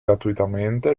gratuitamente